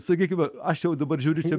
sakykime aš jau dabar žiūrite